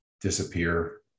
disappear